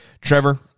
Trevor